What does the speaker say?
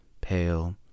pale